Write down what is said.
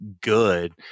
good